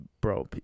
bro